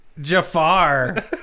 Jafar